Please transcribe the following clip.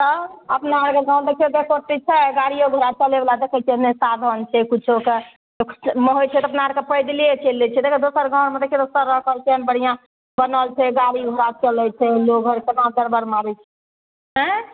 तब अपना आरके गाँव देखियौ एको रत्ती छै गाड़ियो घोड़ा चलयवला देखय छियै ने साधन छै कुछोके होइ छै तऽ अपना आरके पैदले चलि लै छियै देखियौ दोसर गाँवमे देखियौ रसल बसल केहन बढ़िआँ बनल छै गाड़ी घोड़ा चलय छै लोग अर एतना दरबर मारै छै हँय